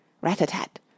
Rat-a-tat